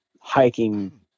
hiking